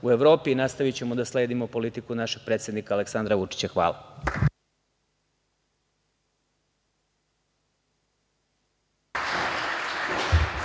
u Evropi i nastavićemo da sledimo politiku našeg predsednika Aleksandra Vučića. Hvala.